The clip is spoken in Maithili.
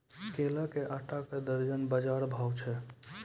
केला के आटा का दर्जन बाजार भाव छ?